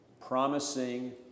promising